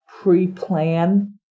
pre-plan